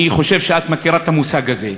אני חושב שאת מכירה את המושג הזה.